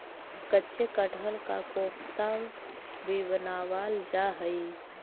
कच्चे कटहल का कोफ्ता भी बनावाल जा हई